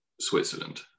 Switzerland